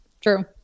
True